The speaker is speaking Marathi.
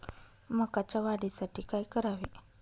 मकाच्या वाढीसाठी काय करावे?